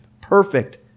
perfect